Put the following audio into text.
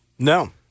No